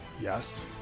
Yes